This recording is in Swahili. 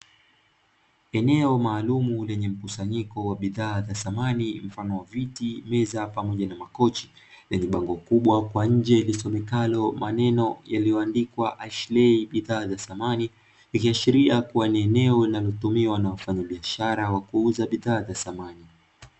Eneo maalumu yenye mkusanyiko wa bidhaa za samani mfano wa viti, meza pamoja na makochi lenye bango kubwa kwa nje lisomekalo maneno yaliayoandikwa "Ashlei bidhaa za samani" , ikiashiria kuwa ni eneo linalotumiwa na wafanya biashara ya kuuza bidhaa za samani.